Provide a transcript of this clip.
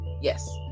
Yes